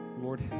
Lord